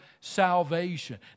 salvation